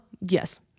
yes